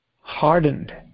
hardened